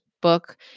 book